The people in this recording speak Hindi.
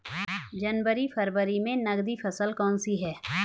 जनवरी फरवरी में नकदी फसल कौनसी है?